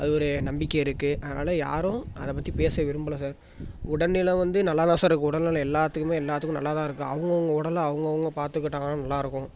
அது ஒரு நம்பிக்கை இருக்குது அதனால யாரும் அதை பற்றி பேச விரும்பலை சார் உடல் நிலை வந்து நல்லா தான் சார் இருக்குது உடல் நிலை எல்லாத்துக்குமே எல்லாத்துக்கும் நல்லா தான் இருக்குது அவங்கவுங்க உடலை அவங்கவுங்க பார்த்துக்கிட்டாங்கன்னா நல்லாருக்கும்